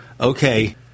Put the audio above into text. Okay